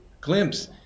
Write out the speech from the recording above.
glimpse